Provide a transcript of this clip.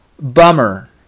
Bummer